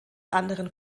anderen